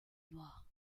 noir